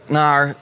naar